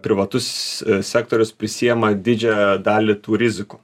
privatus sektorius prisiima didžiąją dalį tų rizikų